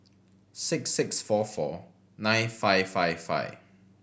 six six four four nine five five five